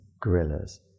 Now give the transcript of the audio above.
gorillas